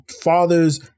father's